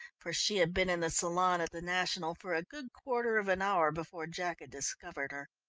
for she had been in the salon at the national for a good quarter of an hour before jack had discovered her.